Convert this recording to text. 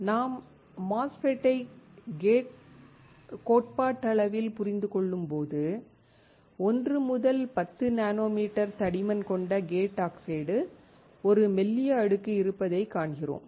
நாம் MOSFET ஐ கோட்பாட்டளவில் புரிந்து கொள்ளும்போது 1 முதல் 10 நானோமீட்டர் தடிமன் கொண்ட கேட் ஆக்சைடு ஒரு மெல்லிய அடுக்கு இருப்பதைக் காண்கிறோம்